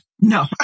No